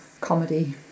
comedy